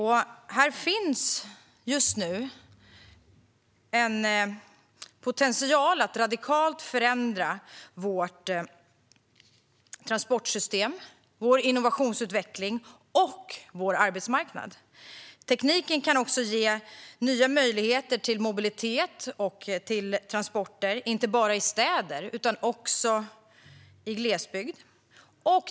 Här finns just nu en potential att radikalt förändra vårt transportsystem, vår innovationsutveckling och vår arbetsmarknad. Tekniken kan också ge nya möjligheter till mobilitet och transporter inte bara i städer utan också i glesbygd.